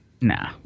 Nah